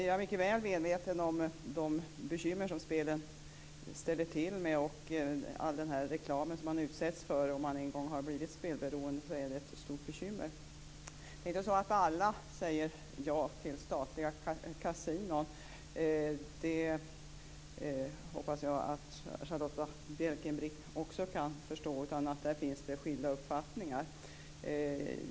Jag är mycket väl medveten om de bekymmer som spel ställer till med. All den reklam som man utsätts för är ett stort bekymmer om man en gång har blivit spelberoende. Det är inte så att alla säger ja till statliga kasinon. Det hoppas jag att Charlotta Bjälkebring också kan förstå. Det finns skilda uppfattningar.